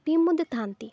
team ମଧ୍ୟ ଥାଆନ୍ତି